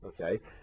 okay